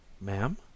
Ma'am